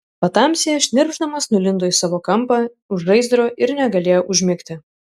patamsyje šnirpšdamas nulindo į savo kampą už žaizdro ir negalėjo užmigti